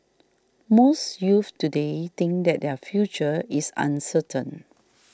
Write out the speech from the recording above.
most youths today think that their future is uncertain